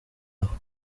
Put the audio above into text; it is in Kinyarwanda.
aho